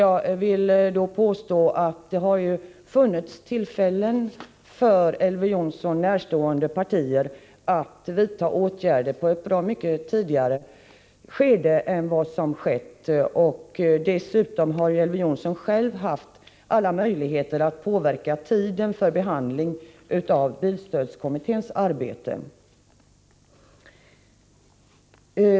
Jag vill då påpeka att det ju har funnits tillfällen för Elver Jonsson närstående partier att vidta åtgärder i ett bra mycket tidigare skede. Dessutom har ju Elver Jonsson själv haft alla möjligheter att påverka tiden för behandlingen av bilstödskommitténs arbete.